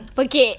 pekik